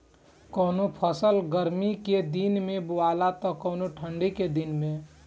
कवनो फसल गर्मी के दिन में बोआला त कवनो ठंडा के दिन में